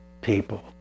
people